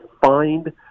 find